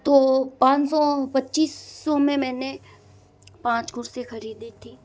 तो पाँच सौ पच्चीस सौ में मैंने पाँच कुर्सी खरीदी थी